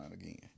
again